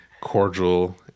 cordial